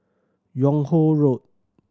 Yung Ho Road